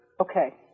Okay